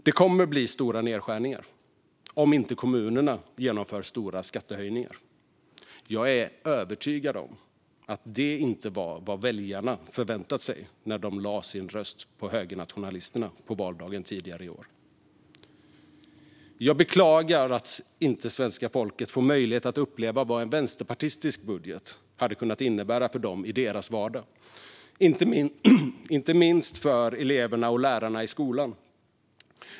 Det kommer att bli stora nedskärningar om inte kommunerna genomför stora skattehöjningar. Jag är övertygad om att det inte var vad väljarna förväntade sig när de lade sin röst på högernationalisterna på valdagen tidigare i år. Jag beklagar att svenska folket inte får möjlighet att uppleva vad en vänsterpartistisk budget hade kunnat innebära för dem i deras vardag, inte minst för eleverna och lärarna i skolan.